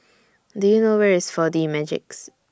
Do YOU know Where IS four D Magix